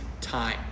time